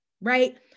right